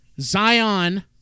Zion